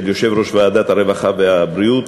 של יושב-ראש ועדת הרווחה והבריאות.